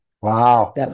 Wow